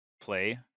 play